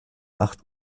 acht